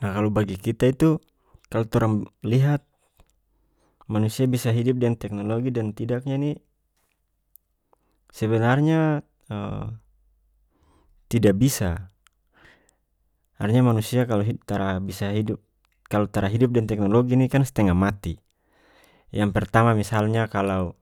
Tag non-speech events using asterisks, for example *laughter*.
Ah kalu bagi kita itu kalu torang b lihat manusia bisa hidup deng teknologi deng tidaknya ini sebenarnya *hesitation* tidak bisa *unintelligible* manusia kalu hi tara bisa hidup kalu tara hidup deng teknologi ini kan stengah mati yang pertama misalnya kalau